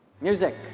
Music